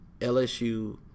LSU